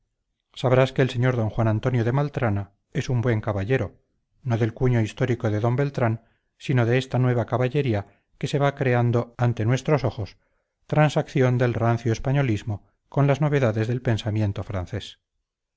sabrás que el sr d juan antonio de maltrana es un buen caballero no del cuño histórico de d beltrán sino de esta nueva caballería que se va creando ante nuestros ojos transacción del rancio españolismo con las novedades del pensamiento francés